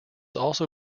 also